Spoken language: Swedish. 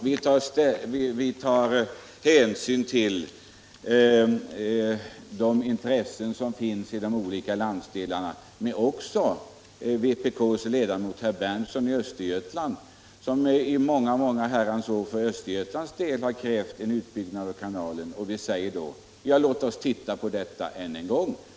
Vi tar hänsyn till de intressen som finns i de olika landsdelarna, herr Berndtson — också till intressen som framförs av vpk:s ledamot från Östergötland, herr Berndtson, som i många herrans år för Östergötlands del krävt en utbyggnad av kanalen. Vi sade då: Ja, låt oss titta på detta ännu en gång!